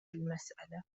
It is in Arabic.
المسألة